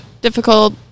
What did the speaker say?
difficult